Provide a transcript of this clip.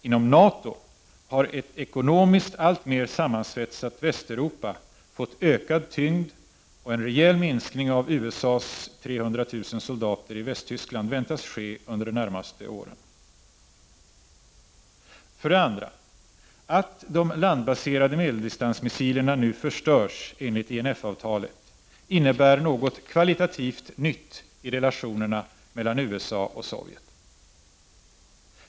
Inom NATO har ett ekonomiskt alltmer sammansvetsat Västeuropa fått ökad tyngd, och en rejäl minskning av USA:s 300 000 soldater i Västtyskland väntas ske under de närmaste åren. 2. Att de landbaserade medeldistansmissilerna nu förstörs enligt INF-avtalet innebär något kvalitativt nytt i relationerna mellan USA och Sovjet.